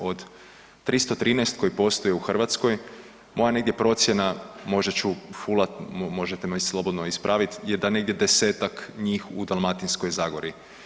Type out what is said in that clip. Od 313 koje postoje u Hrvatskoj moja negdje procjena, možda ću fulat možete me slobodno ispravit, je da negdje desetak njih u Dalmatinskoj zagori.